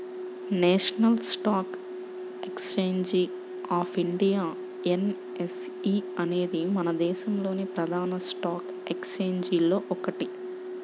national stock exchange of India NSE అనేది మన దేశంలోని ప్రధాన స్టాక్ ఎక్స్చేంజిల్లో ఒకటి